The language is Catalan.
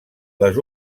les